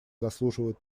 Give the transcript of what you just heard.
заслуживают